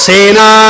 Sena